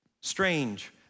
Strange